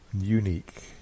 unique